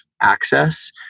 access